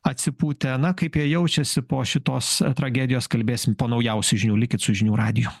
atsipūtę na kaip jie jaučiasi po šitos tragedijos kalbėsim po naujausių žinių likit su žinių radiju